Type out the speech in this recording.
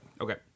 Okay